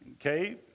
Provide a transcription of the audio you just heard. Okay